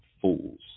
fools